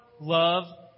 love